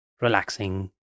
relaxing